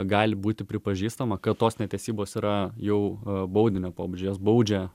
gali būti pripažįstama kad tos netesybos yra jau baudinio pobūdžio jas baudžia